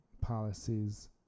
policies